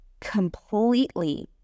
completely